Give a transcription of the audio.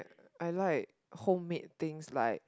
I like homemade things like